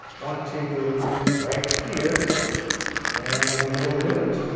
want to write here and it'll do it.